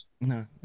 No